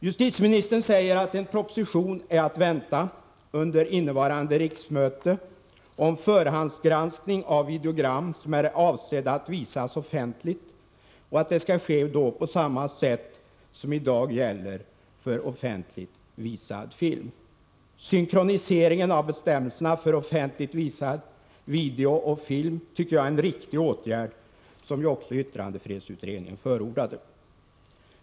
Justitieministern säger att en proposition är att vänta under innevarande riksmöte om förhandsgranskning av videogram som är avsedda att visas offentligt, på samma sätt som i dag gäller för offentligt visad film. Synkroniseringen av bestämmelserna för offentligt visad video och film är en riktig åtgärd, som också yttrandefrihetsutredningen förordade.